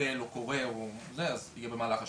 נופל או קורה זה יהיה במהלך השבוע.